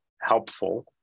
helpful